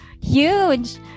Huge